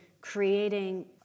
creating